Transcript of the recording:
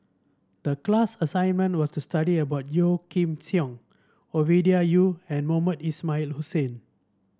the class assignment was to study about Yeo Kim Seng Ovidia Yu and Mohamed Ismail Hussain